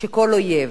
שכל אויב,